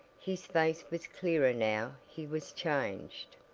his face was clearer now he was changed.